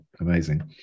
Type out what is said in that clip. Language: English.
amazing